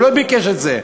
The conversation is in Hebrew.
הוא לא ביקש את זה,